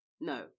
no